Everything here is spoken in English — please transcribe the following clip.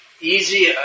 easy